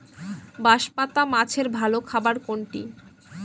বাঁশপাতা মাছের ভালো খাবার কোনটি?